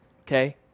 okay